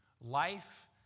Life